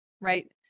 right